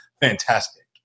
fantastic